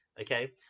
Okay